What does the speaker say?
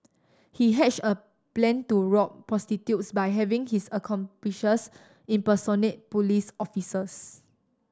he hatched a plan to rob prostitutes by having his accomplices impersonate police officers